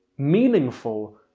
meaningful,